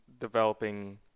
developing